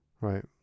Right